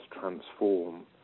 transform